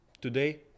today